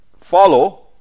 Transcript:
follow